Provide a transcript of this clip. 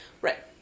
right